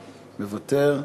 מוותר.